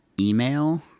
email